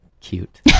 cute